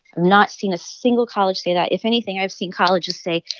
not seen a single college say that. if anything, i've seen colleges say,